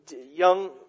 Young